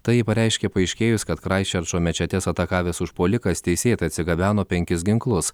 tai ji pareiškė paaiškėjus kad kraisčerčo mečetes atakavęs užpuolikas teisėtai atsigabeno penkis ginklus